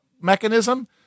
mechanism